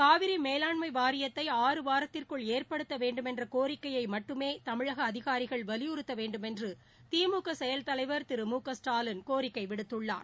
காவிரி மேலாண்மை வாரியத்தை ஆறு வாரத்திற்குள் ஏற்படுத்த வேண்டுமென்ற கோரிக்கையை மட்டுமே தமிழக அதிகாரிகள் வலியுறுத்த வேண்டுமென்று திமுக செயல் தலைவர் திரு மு க ஸ்டாலின் கோரிக்கை விடுத்துள்ளார்